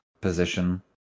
position